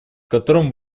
которым